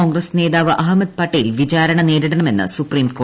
കോൺഗ്രസ്സ് നേതാവ് അഹമ്മദ് പട്ടേൽ വിചാരണ നേരിടണമെന്ന് സുപ്രീം കോടതി